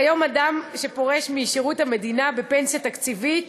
כיום, אדם שפורש משירות המדינה בפנסיה תקציבית